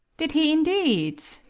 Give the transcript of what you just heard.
did he, indeed?